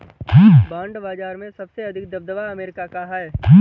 bond बाजार में सबसे अधिक दबदबा अमेरिका का है